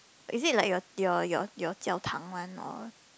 is it like your your your your 教堂 one or